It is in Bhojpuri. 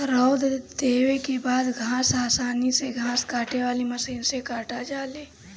रौंद देले के बाद घास आसानी से घास काटे वाली मशीन से काटा जाले